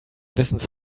wissens